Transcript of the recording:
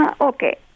Okay